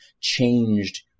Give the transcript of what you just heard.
changed